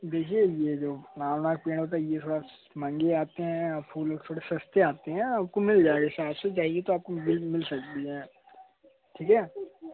देखिए ये जो लाल लाल पेड़ होता है ये थोड़ा महंगे आते हैं और फूल और थोड़ा सस्ते आते हैं आपको मिल जाएगा हिसाब से जाइए तो आपको मिल मिल सकती है ठीक है